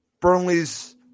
Burnley's